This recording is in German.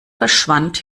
verschwand